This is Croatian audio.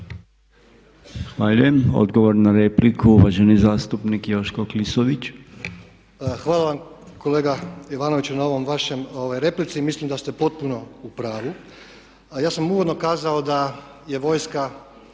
Hvala kolega Jovanoviću na ovoj vašoj replici. Mislim da ste potpuno u pravu. Ja sam uvodno kazao da je vojska